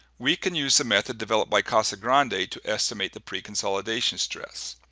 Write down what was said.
we can use the method developed by casagrande to estimate the preconsolidation stress.